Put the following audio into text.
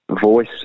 voice